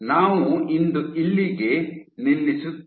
ನಾವು ಇಂದು ಇಲ್ಲಿಗೆ ನಿಲ್ಲಿಸುತ್ತೀನಿ